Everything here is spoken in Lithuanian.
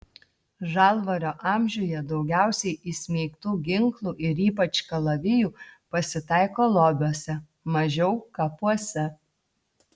žalvario amžiuje daugiausiai įsmeigtų ginklų ir ypač kalavijų pasitaiko lobiuose mažiau kapuose